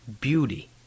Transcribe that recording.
beauty